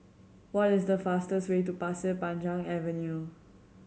what is the fastest way to Pasir Panjang Avenue